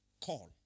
call